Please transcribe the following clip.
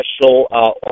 special